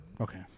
Okay